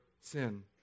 sin